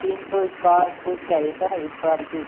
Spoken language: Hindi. तीन सौ इस्कावर फुट चाहिए सर इस्क्वायर फुट